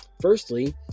Firstly